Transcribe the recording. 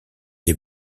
les